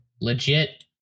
legit